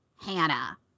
Hannah